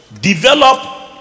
develop